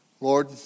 Lord